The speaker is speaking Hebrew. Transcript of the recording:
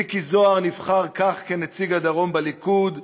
מיקי זוהר נבחר כך כנציג הדרום בליכוד.